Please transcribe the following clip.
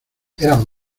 eran